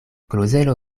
klozelo